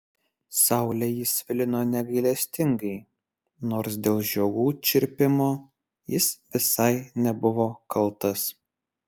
saulė jį svilino negailestingai nors dėl žiogų čirpimo jis visai nebuvo kaltas